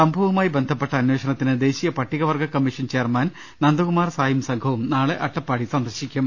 സംഭവവുമായി ബന്ധപ്പെട്ട അന്വേഷണത്തിന് ദേശീയ പട്ടികവർഗ്ഗ കമ്മീഷൻ ചെയർമാൻ നന്ദകുമാർ സായും സംഘവും നാളെ അട്ടപ്പാടി സന്ദർശിക്കും